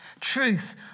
Truth